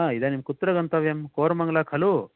इदानीं कुत्र गन्तव्यं कौरमङ्गल खलु